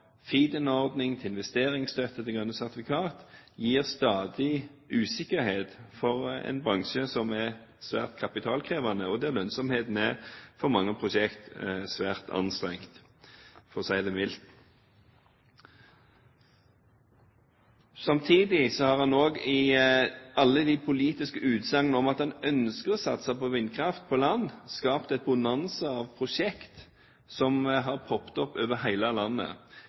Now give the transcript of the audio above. til investeringsstøtte til grønne sertifikater gir stadig usikkerhet for en bransje som er svært kapitalkrevende, der lønnsomheten for mange prosjekter er svært anstrengt – for å si det mildt. Samtidig har man også i alle politiske utsagn om at en ønsker å satse på vindkraft på land, skapt en bonanza av prosjekter som har poppet opp over hele landet.